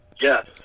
Yes